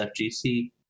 FGC